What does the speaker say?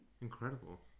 Incredible